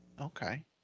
Okay